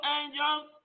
angels